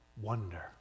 wonder